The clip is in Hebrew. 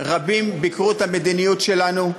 רבים ביקרו את המדיניות שלנו,